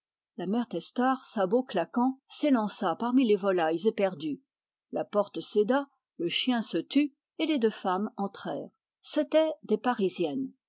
la mère testard sabots claquants s'élança parmi les volailles éperdues la porte céda le chien se tut et les deux femmes entrèrent c'étaient des parisiennes